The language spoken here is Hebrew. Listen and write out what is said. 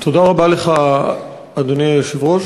תודה רבה לך, אדוני היושב-ראש.